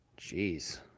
Jeez